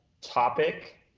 topic